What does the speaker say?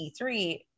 E3